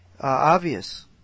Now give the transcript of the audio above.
obvious